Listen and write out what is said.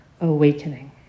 awakening